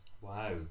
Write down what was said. wow